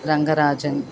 Rangarajan